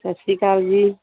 ਸਤਿ ਸ਼੍ਰੀ ਅਕਾਲ ਜੀ